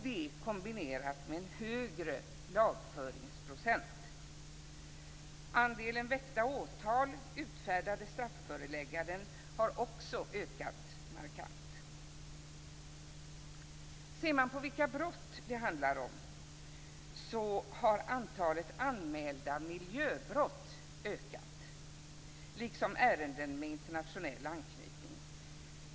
Detta kombinerades med en högre lagföringsprocent. Andelen väckta åtal och utfärdade strafförelägganden har också ökat markant. Låt oss se på vilken typ av brott det handlar om. Antalet anmälda miljöbrott har ökat liksom ärenden med internationell anknytning.